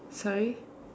sorry